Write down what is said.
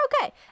okay